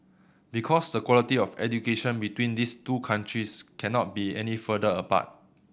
because the quality of education between these two countries cannot be any further apart